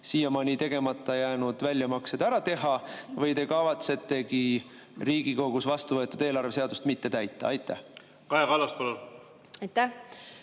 siiamaani tegemata jäänud väljamaksed siiski ära teha või te kavatsetegi Riigikogus vastuvõetud eelarveseadust mitte täita? Kaja Kallas, palun! Aitäh!